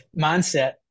mindset